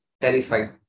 terrified